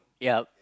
ya